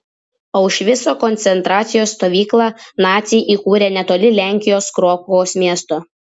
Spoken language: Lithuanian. aušvico koncentracijos stovyklą naciai įkūrė netoli lenkijos krokuvos miesto